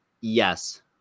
Yes